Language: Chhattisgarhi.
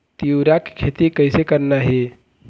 तिऊरा के खेती कइसे करना हे?